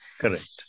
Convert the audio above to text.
Correct